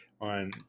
on